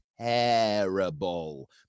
Terrible